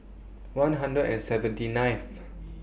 one hundred and seventy ninth